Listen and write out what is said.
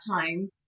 time